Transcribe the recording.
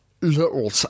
little